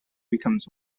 becomes